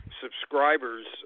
subscribers